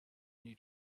new